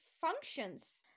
functions